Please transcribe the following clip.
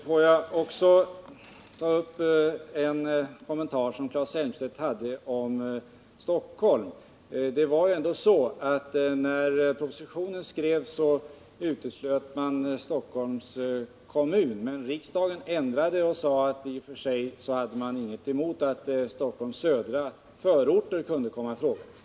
Får jag också ta upp en kommentar som Claes Elmstedt gjorde om Stockholm. När propostitionen skrevs uteslöts Stockholms kommun, men riksdagen ändrade det och sade att man i och för sig inte hade något emot att Stockholms södra förorter kunde komma i fråga.